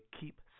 keep